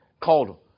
called